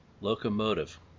locomotive